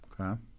Okay